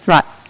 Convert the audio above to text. Right